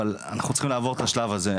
אבל אנחנו צריכים לעבור את השלב הזה,